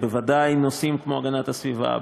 בוודאי נושאים כמו הגנת הסביבה,